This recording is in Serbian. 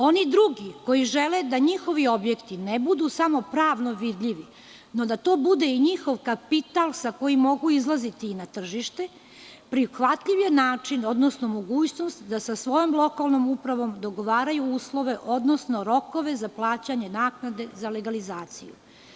Oni drugi, koji žele da njihovi objekti ne budu samo pravno vidljivi, no da to bude njihov kapital sa kojim mogu izlaziti na tržište, prihvatljiv je način, odnosno mogućnost da sa svojom lokalnom upravom dogovaraju uslove, odnosno rokove za plaćanje naknade za legalizaciju.